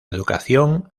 educación